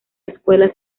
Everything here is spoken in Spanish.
escuela